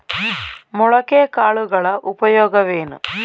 ಮೊಳಕೆ ಕಾಳುಗಳ ಉಪಯೋಗವೇನು?